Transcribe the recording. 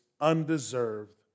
undeserved